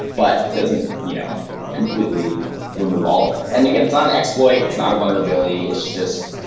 but doesn't you know completely remove all of them. and again, it's not an exploit. it's not a vulnerability. it's just,